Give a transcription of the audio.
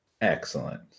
Excellent